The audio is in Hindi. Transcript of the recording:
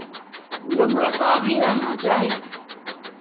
नम्रता भी रहना चाहिए